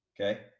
okay